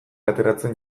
ateratzen